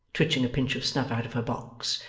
twitching a pinch of snuff out of her box,